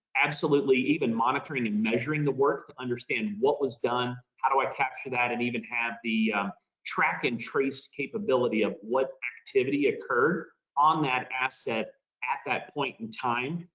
absolutely. even monitoring and measuring the work, understand what was done, how do i capture that and even have the track and trace capability of what activity occurred on that asset at that point in time,